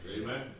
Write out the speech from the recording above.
Amen